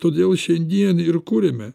todėl šiandien ir kuriame